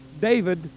David